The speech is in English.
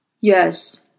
Yes